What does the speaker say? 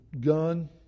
gun